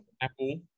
Apple